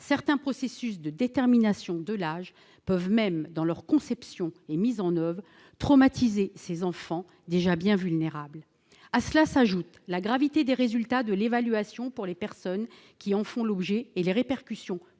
certains processus de détermination de l'âge peuvent même, dans leur conception et leur mise en oeuvre, traumatiser ces enfants déjà bien vulnérables. À cela s'ajoute la gravité des résultats de l'évaluation pour les personnes qui en font l'objet et les répercussions potentiellement